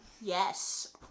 Yes